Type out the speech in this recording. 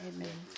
Amen